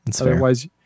Otherwise